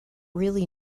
really